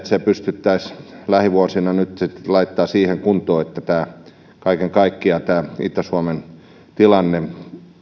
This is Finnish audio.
se pystyttäisiin lähivuosina nyt sitten laittamaan siihen kuntoon että kaiken kaikkiaan tämä itä suomen tilanne